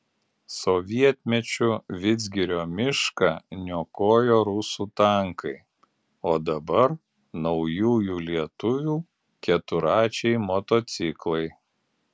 sovietmečiu vidzgirio mišką niokojo rusų tankai o dabar naujųjų lietuvių keturračiai motociklai